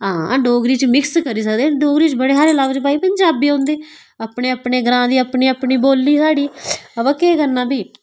हां डोगरी च मिक्स करी सकदे डोगरी च बड़े हारे लफ्ज भाई पंजाबी दे औंदे अपने अपने ग्रांऽ दी अपनी अपनी बोल्ली ऐ साढ़ी अबा केह् करना भी